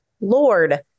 Lord